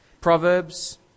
Proverbs